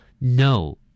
No